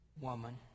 woman